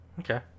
Okay